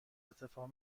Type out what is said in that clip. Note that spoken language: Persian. ارتفاع